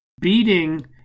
beating